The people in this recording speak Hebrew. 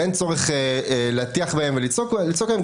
ואין צורך להטיח בהם ולצעוק עליהם.